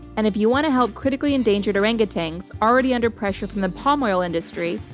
and if you want to help critically endangered orangutans already under pressure from the palm oil industry,